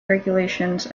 regulations